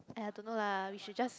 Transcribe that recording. !aiya! don't know lah we should just